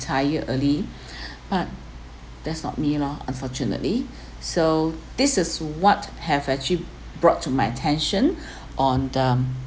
retire early but that's not me lor unfortunately so this is what have actually brought to my attention on the